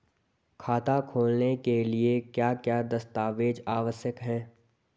खाता खोलने के लिए क्या क्या दस्तावेज़ आवश्यक हैं?